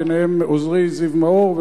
ביניהם עוזרי זיו מאור,